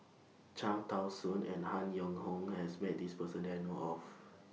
Cham Tao Soon and Han Yong Hong has Met This Person that I know of